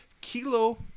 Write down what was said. kilo